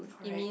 correct